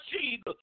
Jesus